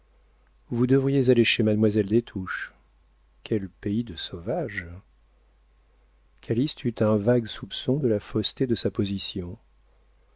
vous devriez aller chez mademoiselle des touches quel pays de sauvages calyste eut un vague soupçon de la fausseté de sa position